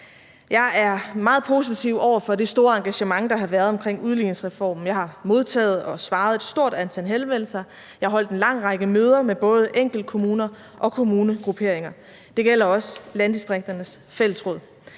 Jeg er meget positiv over for det store engagement, der har været omkring udligningsreformen. Jeg har modtaget og besvaret et stort antal henvendelser. Jeg har holdt en lang række møder med både enkeltkommuner og kommunegrupperinger. Det gælder også Landdistrikternes Fællesråd.